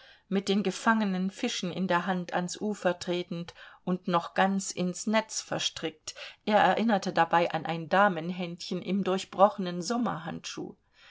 mit den gefangenen fischen in der hand ans ufer tretend und noch ganz ins netz verstrickt er erinnerte dabei an ein damenhändchen im durchbrochenen